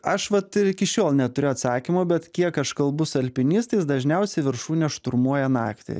aš vat ir iki šiol neturiu atsakymo bet kiek aš kalbu su alpinistais dažniausiai viršūnę šturmuoja naktį